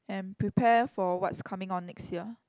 and prepare for what's coming on next year